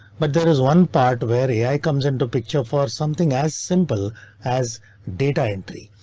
but there is one part where ai comes into picture for something as simple as data entry,